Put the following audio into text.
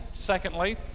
Secondly